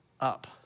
up